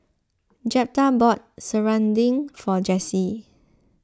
Jeptha bought Serunding for Jessie